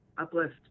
uplift